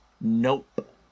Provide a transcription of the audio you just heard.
Nope